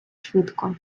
швидко